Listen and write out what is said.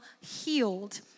healed